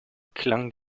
klang